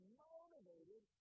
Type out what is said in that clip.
motivated